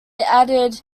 added